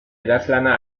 idazlana